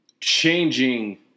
changing